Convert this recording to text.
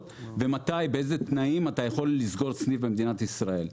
ומתי ובאיזה תנאים אתה יכול לסגור סניף במדינת ישראל.